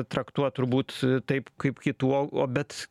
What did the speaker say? traktuot turbūt taip kaip kitų o o bet